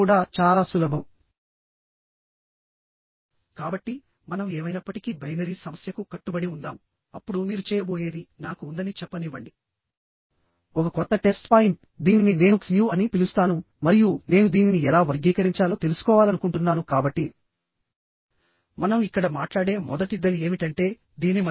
gauge length మరియు diameter యొక్క నిష్పత్తి తక్కువగా ఉంటే నెట్ సెక్షన్ దగ్గర కాంట్రాక్ట్షన్ అనేది సాటిస్ఫై అవుతుంది కనుక ఇది ఎక్కువ సమర్థత కలిగినది అని